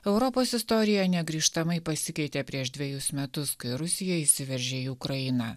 europos istorija negrįžtamai pasikeitė prieš dvejus metus kai rusija įsiveržė į ukrainą